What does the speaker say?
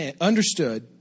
understood